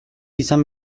izan